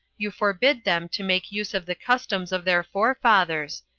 you forbid them to make use of the customs of their forefathers,